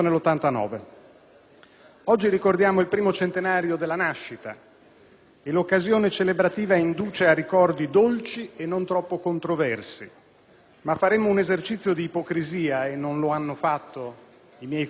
Oggi ricordiamo il primo centenario della nascita e l'occasione celebrativa induce a ricordi dolci e non troppo controversi, ma faremmo un esercizio di ipocrisia - e non lo hanno fatto i colleghi intervenuti prima di me